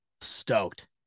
stoked